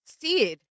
seed